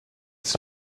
this